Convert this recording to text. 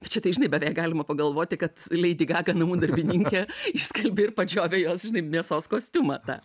čia tai žinai beveik galima pagalvoti kad leidi gaga namų darbininkė išskalbė ir padžiovė jos žinai mėsos kostiumą tą